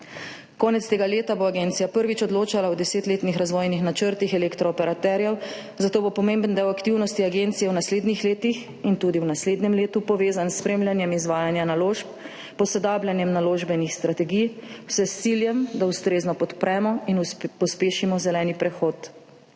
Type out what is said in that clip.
Konec tega leta bo agencija prvič odločala o desetletnih razvojnih načrtih elektrooperaterjev, zato bo pomemben del aktivnosti agencije v naslednjih letih in tudi v naslednjem letu povezan s spremljanjem izvajanja naložb, posodabljanjem naložbenih strategij, vse s ciljem, da ustrezno podpremo in pospešimo zeleni prehod.